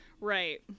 right